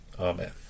amen